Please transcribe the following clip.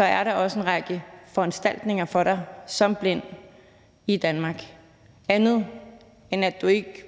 er der en række andre foranstaltninger for en i Danmark, end at man ikke